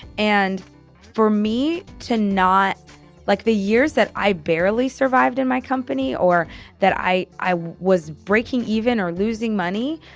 and for me to not like the years that i barely survived in my company or that i i was breaking even or losing money,